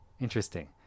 Interesting